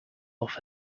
off